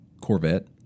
Corvette